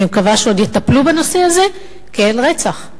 אני מקווה שעוד יטפלו בזה, כי זה רצח.